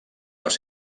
les